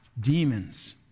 demons